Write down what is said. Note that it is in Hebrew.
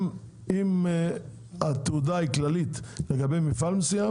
אם התעודה היא כללית לגבי מפעל מסוים,